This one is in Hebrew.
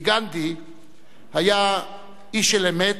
כי גנדי היה איש של אמת,